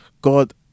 God